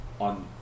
on